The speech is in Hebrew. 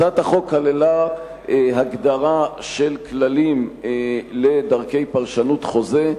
הצעת החוק כללה הגדרה של כללים לדרכי פרשנות חוזה,